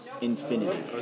infinity